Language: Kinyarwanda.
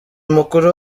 mukuru